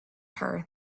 her